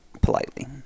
politely